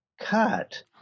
cut